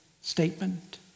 statement